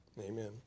amen